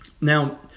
Now